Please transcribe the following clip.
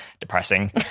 depressing